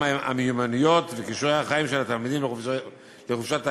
המיומנויות וכישורי החיים של התלמידים בחופשת הקיץ.